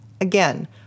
Again